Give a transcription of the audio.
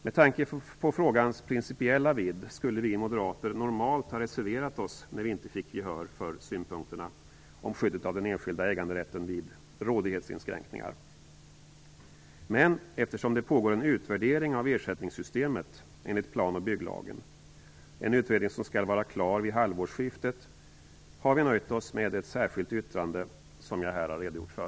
Med tanke på frågans principiella vidd skulle vi moderater normalt ha reserverat oss när vi inte fick gehör för synpunkterna om skyddet av den enskilda äganderätten vid rådighetsinskränkningar. Men eftersom det pågår en utvärdering av ersättningssystemet enligt plan och bygglagen, en utredning som skall vara klar vid halvårsskiftet, har vi nöjt oss med ett särskilt yttrande, som jag här har redogjort för.